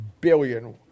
billion